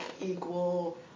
equal